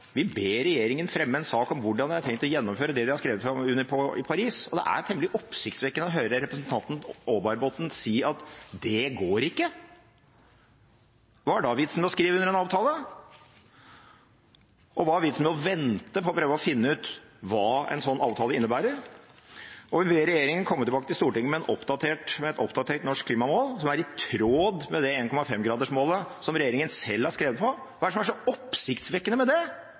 Vi ber regjeringen fremme en sak om hvordan de har tenkt å gjennomføre det de har skrevet under på i Paris, og det er temmelig oppsiktsvekkende å høre representanten Aarbergsbotten si at det går ikke. Hva er da vitsen med å skrive under på en avtale? Hva er vitsen med å vente på å prøve å finne ut hva en sånn avtale innebærer? Vi ber regjeringen komme tilbake med et oppdatert norsk klimamål som er i tråd med det 1,5-gradersmålet som regjeringen selv har skrevet under på. Hva er det som er så oppsiktsvekkende med det?